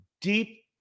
deep